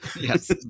Yes